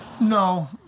No